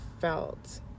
felt